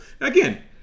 Again